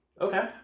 Okay